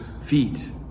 feet